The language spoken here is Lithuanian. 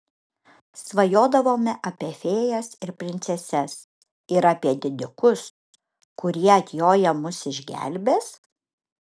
svajodavome apie fėjas ir princeses ir apie didikus kurie atjoję mus išgelbės